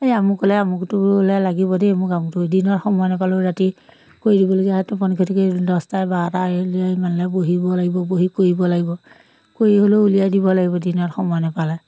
এই আমুকলৈ আমুকটো বোলে লাগিব দেই মোক আমুকটো দিনৰ সময় নাপালেও ৰাতি কৰি দিবলগীয়া হয় টোপনি খতি কৰি দছটা বাৰটা ইমানলৈ বহিব লাগিব বহি কৰিব লাগিব কৰি হ'লেও উলিয়াই দিব লাগিব দিনত সময় নাপালে